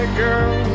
girl